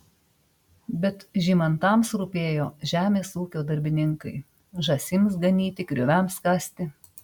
bet žymantams rūpėjo žemės ūkio darbininkai žąsims ganyti grioviams kasti